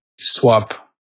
swap